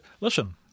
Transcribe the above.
Listen